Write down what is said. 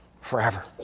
forever